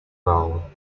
role